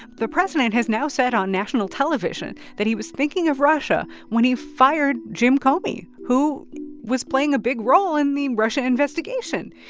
the president has now said on national television that he was thinking of russia when he fired jim comey, who was playing a big role in the russia investigation.